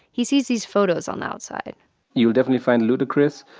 he sees these photos on the outside you will definitely find ludacris,